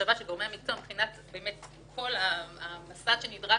המחשבה של גורמי המקצוע וכל המסד שנדרש